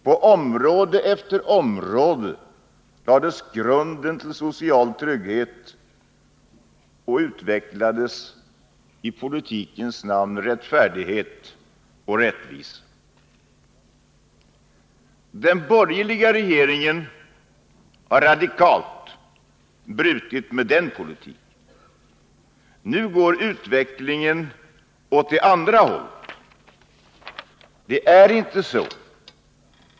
På område efter område lades grunden till social trygghet och utvecklades i politikens namn rättfärdighet och rättvisa. Den borgerliga regeringen har radikalt brutit med den politiken. Nu går utvecklingen åt det andra hållet.